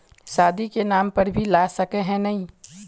शादी के नाम पर भी ला सके है नय?